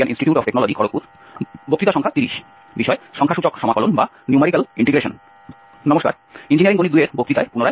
এটি হল বক্তৃতা সংখ্যা 30 এটি সংখ্যাসূচক সমাকলন এই বিষয়ের উপর